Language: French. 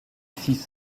six